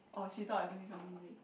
oh she thought I don't even need it